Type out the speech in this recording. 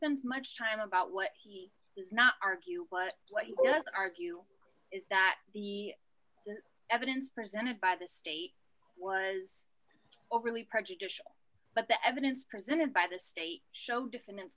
spends much time about what he does not argue but what he does argue is that the evidence presented by the state was overly prejudicial but the evidence presented by the state showed defendant